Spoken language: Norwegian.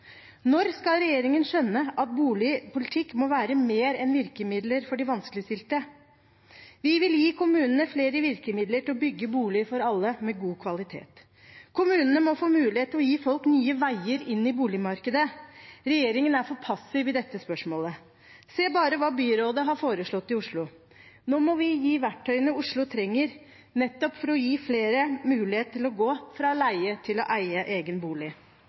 Når skal regjeringen skjønne at boligpolitikk må være mer enn virkemidler for de vanskeligstilte? Vi vil gi kommunene flere virkemidler til å bygge bolig av god kvalitet for alle. Kommunene må få mulighet til å gi folk nye veier inn i boligmarkedet. Regjeringen er for passiv i dette spørsmålet. Se bare hva byrådet har foreslått i Oslo. Nå må vi gi verktøyene Oslo trenger, nettopp for å gi flere mulighet til å gå fra å leie til å eie egen bolig.